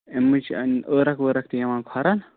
اَمہِ منٛزٕ چھِنہٕ عٲرَق وٲرَق تہِ یِوان کھۄرَن